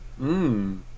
Mmm